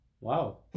Wow